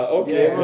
okay